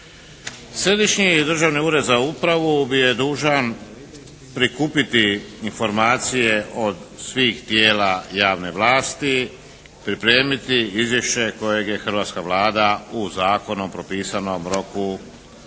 Središnji državni ured za upravu bio je dužan prikupiti informacije od svih tijela javne vlasti, pripremiti izvješće kojeg je hrvatska Vlada u zakonom propisanom roku usvojila